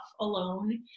alone